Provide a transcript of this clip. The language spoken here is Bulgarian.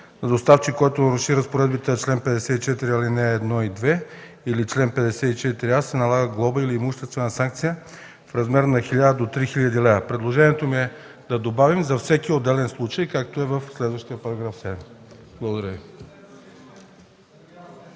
–за доставчик, който наруши разпоредбите на чл. 54, алинеи 1 и 2 или чл. 54а, се налага глоба или имуществена санкция в размер на 1000 до 3000 лв., предложението ми е да добавим „за всеки отделен случай”, както е в следващия § 7. Благодаря Ви.